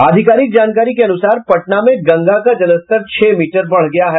आधिकारिक जानकारी के अनुसार पटना में गंगा का जलस्तर छह मीटर बढ़ गया है